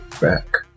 back